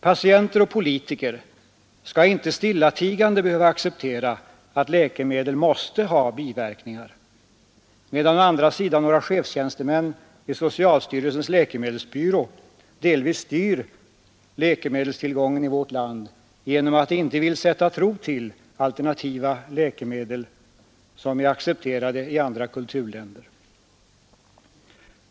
Patienter och politiker skall inte stillatigande behöva acceptera att läkemedel måste ha biverkningar medan å andra sidan några chefstjänstemän vid socialstyrelsens läkemedelsbyrå delvis styr läkemedelstillgången i vårt land genom att de inte vill sätta någon tro till alternativa läkemedel som är accepterade i andra kulturländer.